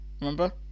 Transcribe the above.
remember